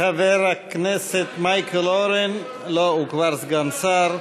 חבר הכנסת מייקל אורן, לא, הוא כבר סגן שר.